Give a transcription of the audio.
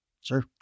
Sure